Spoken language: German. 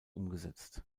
umgesetzt